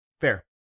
Fair